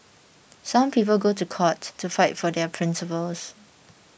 some people go to court to fight for their principles